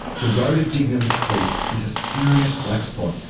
the road at dignams creek is a serious black spot,